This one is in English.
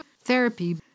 therapy